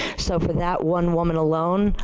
so, for that one woman alone,